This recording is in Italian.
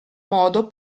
modo